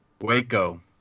Waco